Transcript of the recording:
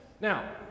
Now